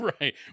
right